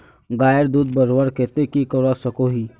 गायेर दूध बढ़वार केते की करवा सकोहो ही?